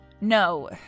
No